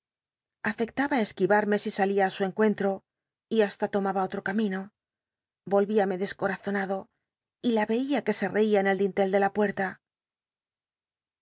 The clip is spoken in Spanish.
afectaba esquivarme si salia á su cncucnlio y hasta lomaba otro camino olviame descorazonado y la reia que se reía en el dintel de la pueta